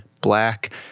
black